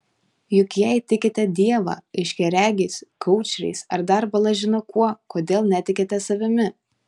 juk jei tikite dievą aiškiaregiais koučeriais ar dar bala žino kuo kodėl netikite savimi